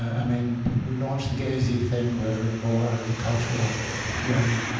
i mean the people who launched the gezi thing were more out of the cultural level.